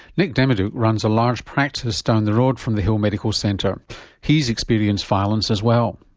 nick demadiuk runs a large practice down the road from the hill medical centre he's experienced violence as well.